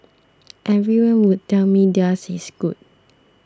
everyone would tell me theirs is good